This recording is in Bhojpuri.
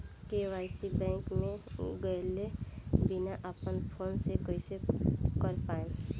के.वाइ.सी बैंक मे गएले बिना अपना फोन से कइसे कर पाएम?